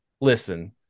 listen